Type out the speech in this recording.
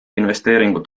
investeeringud